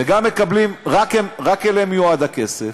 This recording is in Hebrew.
וגם מקבלים, רק אליהם מיועד הכסף?